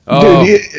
Dude